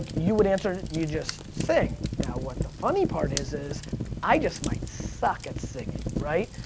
you would answer, you just sing. now, what the funny part is, is i just might suck at singing. right?